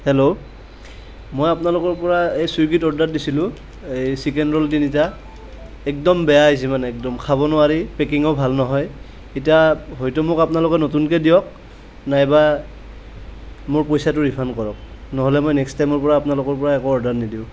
hello মই আপোনালোকৰ পৰা এই চুইগীত অৰ্ডাৰ দিছিলোঁ এই চিকেন ৰোল তিনিটা একদম বেয়া আহিছে মানে একদম খাব নোৱাৰি পেকিঙো ভাল নহয় এতিয়া হয়তু মোক আপোনালোকে নতুনকৈ দিয়ক নাইবা মোৰ পইচাটো ৰিফাণ্ড কৰক নহ'লে মই নেক্সট টাইমৰ পৰা আপোনালোকৰ পৰা একো অৰ্ডাৰ নিদিওঁ